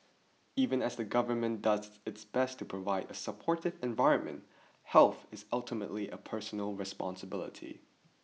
even as the government does its best to provide a supportive environment health is ultimately a personal responsibility